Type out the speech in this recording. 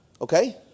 Okay